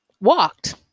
walked